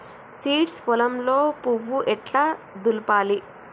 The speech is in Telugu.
సీడ్స్ పొలంలో పువ్వు ఎట్లా దులపాలి?